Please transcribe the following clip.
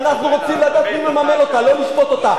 אני רוצים לדעת מי מממן אותה, לא לשפוט אותה.